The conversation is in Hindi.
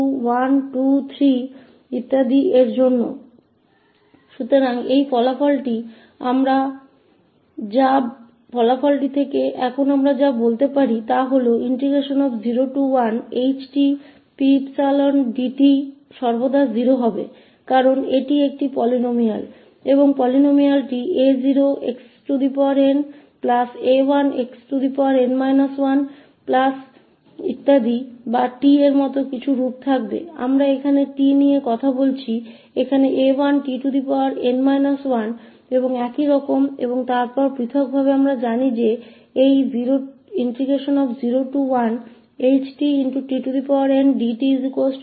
तो अब इस परिणाम से हम क्या कह सकते हैं कि 01h𝑡P𝜖𝑑t 𝑑𝑡 हमेशा 0 हो जाएगा क्योंकि यह एक बहुपद है और बहुपद की तरह के कुछ फार्म होगा a0xna1xn 1 या 𝑡 बल्कि हम यहाँ 𝑡 के बारे में बात कर रहे हैं a1tn 1और इसी तरह और फिर व्यक्तिगत रूप से हम जानते हैं कि यह 01h𝑡tn𝑑t 0